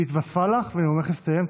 התווספה לך ונאומך הסתיים.